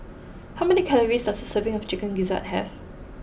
how many calories does a serving of Chicken Gizzard have